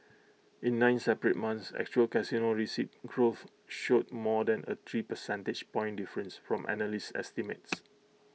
in nine separate months actual casino receipts growth showed more than A three percentage point difference from analyst estimates